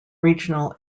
regional